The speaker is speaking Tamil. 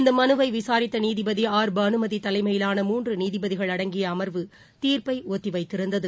இந்த மனுவை விசாரித்த நீதிபதி ஆர் பானுமதி தலைமையிலான மூன்று நீதிபதிகள் அடங்கி அமர்வு தீர்ப்பை ஒத்திவைத்திருந்தது